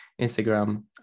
instagram